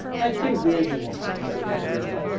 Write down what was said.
i do really want to be good, marilla,